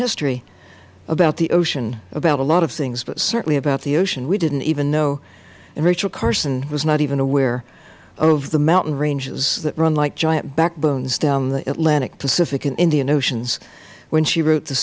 history about the ocean about a lot of things but certainly about the ocean we didn't even know and rachel carson was not even aware of the mountain ranges that run like giant backbones down the atlantic pacific and indian oceans when she wrote t